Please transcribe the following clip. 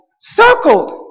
circled